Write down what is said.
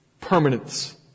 Permanence